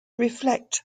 reflect